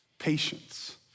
Patience